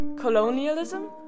Colonialism